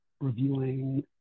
reviewing